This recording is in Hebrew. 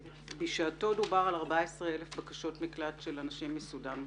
בשעתו דובר על 14,000 בקשות מקלט של אנשים מסודן ומאריתריאה.